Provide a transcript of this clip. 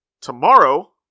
tomorrow